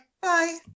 Bye